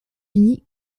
unis